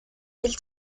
del